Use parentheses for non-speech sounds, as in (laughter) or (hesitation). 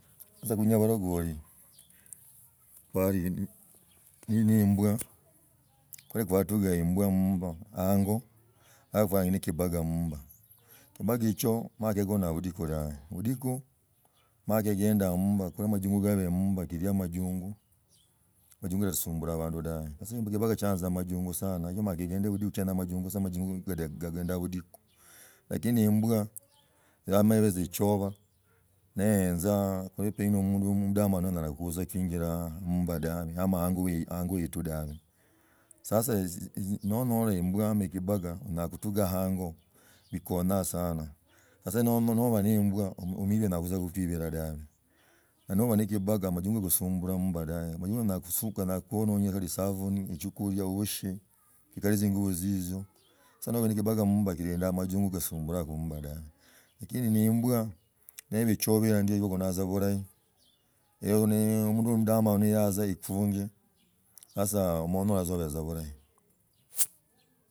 Sasa kuinia baloguli balu, na imbwa, kwali kwatuga imbusa mmba ango, afwanans ne kibaka mmumba amagechua, emala gikona butiku dabe. Budiku mala kagendo mumba kulwa amajungugab (hesitation) muumba kitie amajungu amajungu erasumbula abandu dabe. Kibaka chayanza amajungu sana. Kimanye kivendiku budiku galia amajungu ndaa butukhu lakini imbusa yaminyi ebi echoba, neenza kulipinu omundu mudamana anyala kuenzilai mmumba dabu ama ango etu dabi. Sasa nonyala imbwa nomba kibaka agutaga hango bikonyaa sana kudatsa noli na embwa ombwibi onyala kuitze kukuibila dabe; na nuba na kibaka amajungu egusumbula ammumba dabe manyi inyala kusukana kuononia isabini echoku wosh tsikali tzinguba shishio. So noli nenda kibaga mumba yilindaa amajungu yessumbilaa amumba dabe lakini ne imbwa niba echoba ndio egona tza bulahi uena omunds mudamanu neyatza ekunge sasa honyola tza bulahi.